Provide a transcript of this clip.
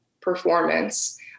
performance